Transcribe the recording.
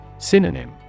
Synonym